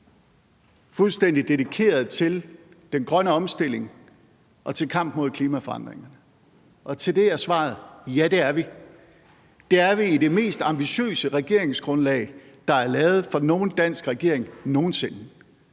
fuldstændig dedikeret til den grønne omstilling og til kampen mod klimaforandringerne? Til det er svaret: Ja, det er vi. Det er vi i det mest ambitiøse regeringsgrundlag, der er lavet af nogen dansk regering nogen sinde,